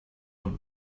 have